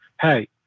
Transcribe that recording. hey